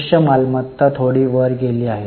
दृश्य मालमत्ता थोडी वर गेली आहेत